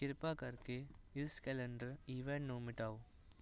ਕਿਰਪਾ ਕਰਕੇ ਇਸ ਕੈਲੰਡਰ ਇਵੈਂਟ ਨੂੰ ਮਿਟਾਓ